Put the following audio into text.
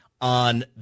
on